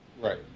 Right